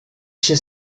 się